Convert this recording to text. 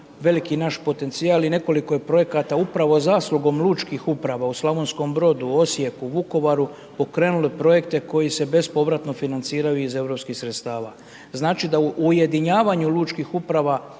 veliki naš potencijal i nekoliko je projekata upravo zaslugom lučkih uprava u Slavonskom Brodu, Osijeku, Vukovaru pokrenulo projekte koji se bespovratno financiraju iz europskih sredstava. Znači da o ujedinjavanju lučkih uprava